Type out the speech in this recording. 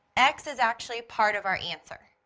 x is actually part of our answer.